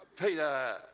Peter